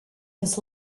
his